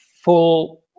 full